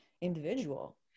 individual